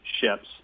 ships